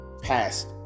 past